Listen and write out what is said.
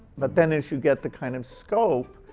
but then as you get the kind of scope,